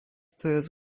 coraz